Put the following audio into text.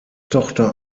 tochter